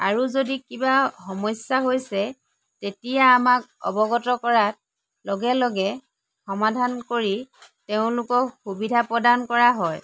আৰু যদি কিবা সমস্যা হৈছে তেতিয়া আমাক অৱগত কৰাত লগে লগে সমাধান কৰি তেওঁলোকক সুবিধা প্ৰদান কৰা হয়